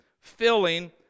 filling